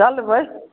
चलबै